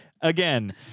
again